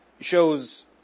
shows